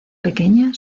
pequeña